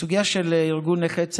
בסוגיה של ארגון נכי צה"ל: